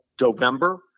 November